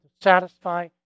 satisfy